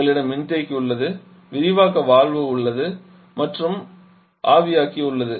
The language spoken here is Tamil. எங்களிடம் மின்தேக்கி உள்ளது விரிவாக்க வால்வு உள்ளது மற்றும் ஆவியாக்கி உள்ளது